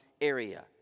area